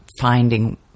finding